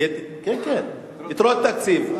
כן, כן, יתרות תקציב.